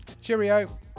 cheerio